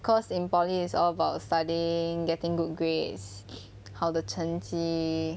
cause in poly it's all about studying getting good grades 好的成绩